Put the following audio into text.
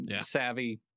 savvy